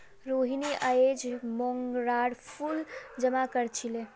रोहिनी अयेज मोंगरार फूल जमा कर छीले